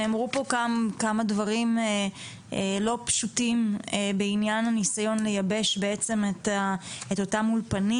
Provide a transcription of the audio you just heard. נאמרו פה גם כמה דברים לא פשוטים בעניין הניסיון לייבש את אותם אולפנים.